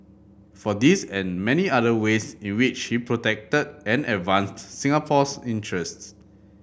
for this and many other ways in which he protected and advanced Singapore's interest